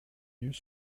nues